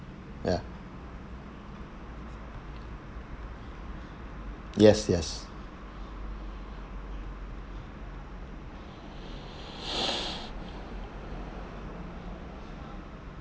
yeah yes yes